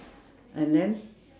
and then